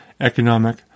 economic